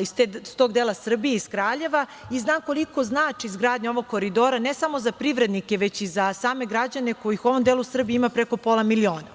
iz tog dela Srbije, iz Kraljeva, i znam koliko znači izgradnja ovog koridora, ne samo za privrednike, već i za same građane kojih u ovom delu Srbije ima preko pola miliona.